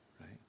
right